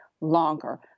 longer